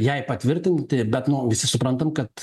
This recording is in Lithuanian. jai patvirtinti bet nu visi suprantam kad